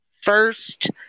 First